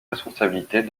responsabilités